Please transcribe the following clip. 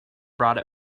brought